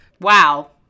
Wow